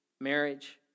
marriage